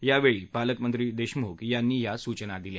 त्यावेळी पालकमंत्री देशमुख यांनी या सूचना दिल्या